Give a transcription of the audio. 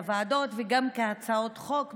לוועדות וגם כהצעות חוק,